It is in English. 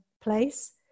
place